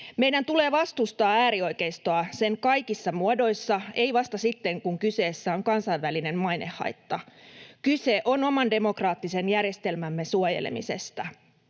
Meidän tulee vastustaa äärioikeistoa sen kaikissa muodoissa — ei vasta sitten, kun kyseessä on kansainvälinen mainehaitta. Kyse on oman demokraattisen järjestelmämme suojelemisesta.